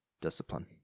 discipline